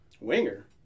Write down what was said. Winger